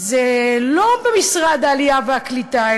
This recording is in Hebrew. לא במשרד העלייה והקליטה,